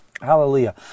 Hallelujah